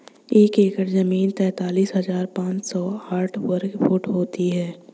एक एकड़ जमीन तैंतालीस हजार पांच सौ साठ वर्ग फुट होती है